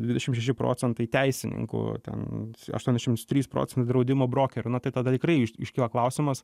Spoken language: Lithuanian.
dvidešim šeši procentai teisininkų ten aštuoniasdešim trys procentai draudimo brokerių na tai tada tikrai iškyla klausimas